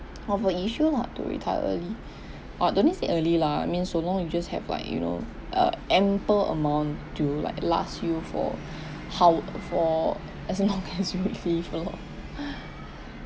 of a issue lah to retire early uh don't need to say early lah I mean so long you just have like you know uh ample amount to like last you for how for as long as you live loh